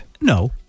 No